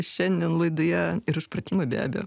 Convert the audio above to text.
šiandien laidoje ir už pratimą be abejo